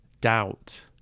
doubt